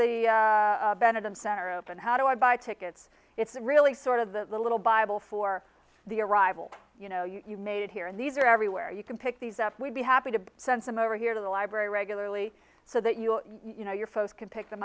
the benetton center open how do i buy tickets it's really sort of the little bible for the arrival you made here and these are everywhere you can pick these up we'd be happy to send some over here to the library regularly so that you you know your folks can pick them